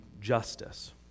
justice